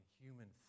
human